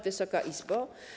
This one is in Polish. Wysoka Izbo!